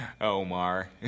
Omar